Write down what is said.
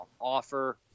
offer